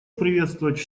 приветствовать